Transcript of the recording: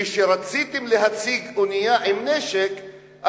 כשרציתם להציג אונייה עם נשק,